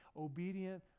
obedient